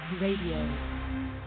Radio